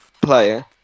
player